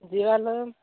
ଯିବାଲ